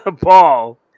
Paul